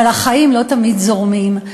אבל החיים לא תמיד זורמים,